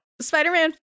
spider-man